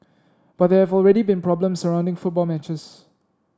but there have already been problems surrounding football matches